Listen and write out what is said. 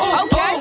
okay